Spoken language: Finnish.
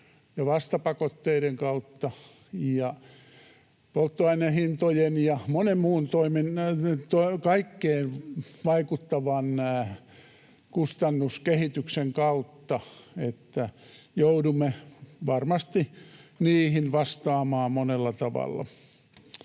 ja vastapakotteiden, polttoainehintojen ja kaikkeen vaikuttavan kustannuskehityksen kautta, että joudumme varmasti näihin vastaamaan monella tavalla.